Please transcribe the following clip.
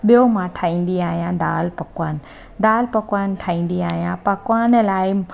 ॿियो मां ठाहींदी आहियां दालि पकवान दालि पकवान ठाहींदी आहियां पकवान लाइ